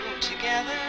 together